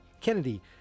Kennedy